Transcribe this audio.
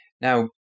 Now